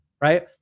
right